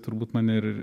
turbūt mane ir